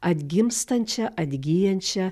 atgimstančia atgyjančia